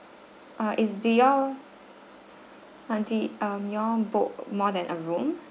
err is they all um did um you all book more than a room